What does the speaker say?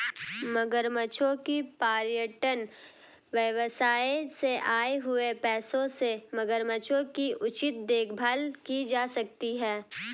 मगरमच्छों के पर्यटन व्यवसाय से आए हुए पैसों से मगरमच्छों की उचित देखभाल की जा सकती है